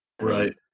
Right